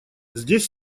здесь